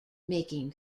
making